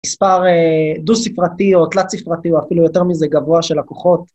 מספר דו ספרתי או תלת ספרתי או אפילו יותר מזה גבוה של הכוחות.